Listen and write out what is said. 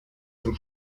zum